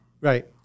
right